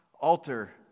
altar